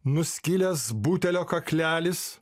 nuskilęs butelio kaklelis